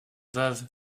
veuve